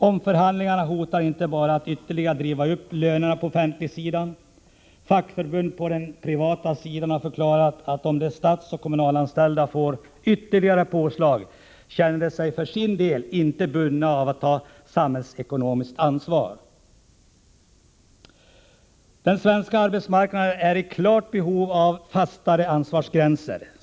Omförhandlingarna hotar inte bara att ytterligare driva upp lönerna på offentligsidan — fackförbund på den privata sidan har förklarat att om de statsoch kommunalanställda får ytterligare påslag, känner de sig för sin del inte bundna av att ta samhällsekonomiskt ansvar. Den svenska arbetsmarknaden är i klart behov av fastare ansvarsgränser.